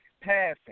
passing